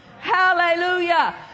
hallelujah